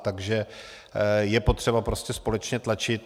Takže je potřeba prostě společně tlačit.